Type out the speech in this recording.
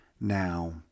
Now